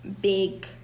big